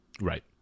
Right